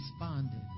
responded